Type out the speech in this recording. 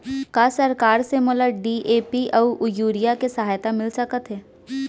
का सरकार से मोला डी.ए.पी अऊ यूरिया के सहायता मिलिस सकत हे?